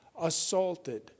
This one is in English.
assaulted